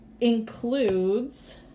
includes